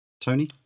Tony